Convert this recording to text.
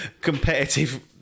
competitive